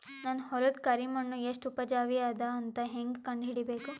ನನ್ನ ಹೊಲದ ಕರಿ ಮಣ್ಣು ಎಷ್ಟು ಉಪಜಾವಿ ಅದ ಅಂತ ಹೇಂಗ ಕಂಡ ಹಿಡಿಬೇಕು?